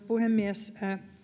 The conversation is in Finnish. puhemies